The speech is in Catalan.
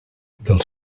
del